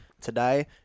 today